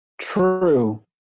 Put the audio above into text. True